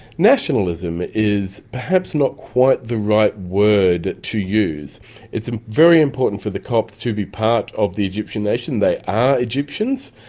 nationalism is perhaps not quite the right word to use it's very important for the copts to be part of the egyptian nation. they are egyptians.